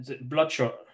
bloodshot